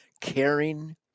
caring